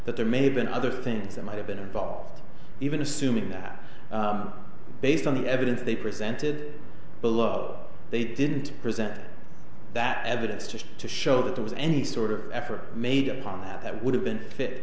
that there may have been other things that might have been involved even assuming that based on the evidence they presented below they didn't present that evidence just to show that there was any sort of effort made upon that that would have been fit